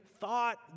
thought